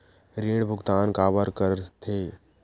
ऋण भुक्तान काबर कर थे?